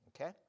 okay